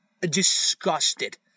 disgusted